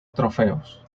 trofeos